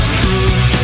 truth